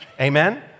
Amen